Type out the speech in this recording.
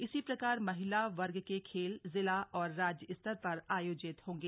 इसी प्रकार महिला वर्ग के खेल जिला और राज्य स्तर पर आयोजित होंगे